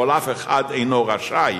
אבל אף אחד אינו רשאי